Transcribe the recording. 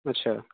अच्छा